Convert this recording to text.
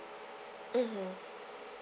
mmhmm